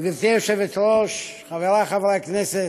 גברתי היושבת-ראש, חברי חברי הכנסת,